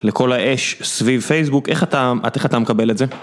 לכל האש סביב פייסבוק, איך אתה מקבל את זה?